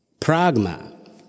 Pragma